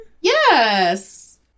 Yes